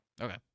Okay